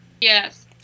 Yes